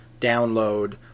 download